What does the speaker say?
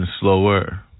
Slower